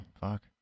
fuck